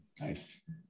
Nice